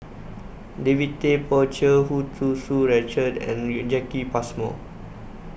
David Tay Poey Cher Hu Chew Tsu Richard and Jacki Passmore